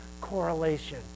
correlation